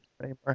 anymore